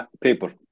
paper